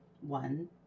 One